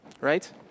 Right